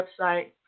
website